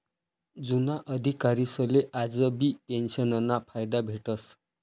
जुना अधिकारीसले आजबी पेंशनना फायदा भेटस